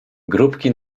grupki